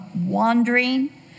wandering